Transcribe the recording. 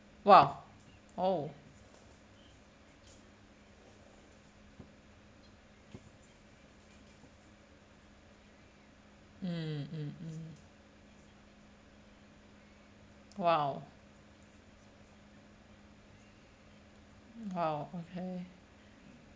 !wow! oh mm mm mm !wow! !wow! okay